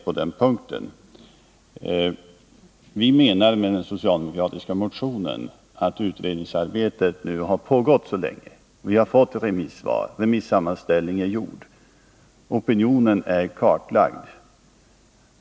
Anledningen till den socialdemokratiska reservationen är att vi anser att utredningsarbetet har pågått mycket länge. Vi har ju fått remissvar, och remissammanställningen är gjord. Opinionen är kartlagd.